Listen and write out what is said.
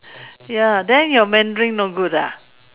ya then your Mandarin no good ah